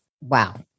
Wow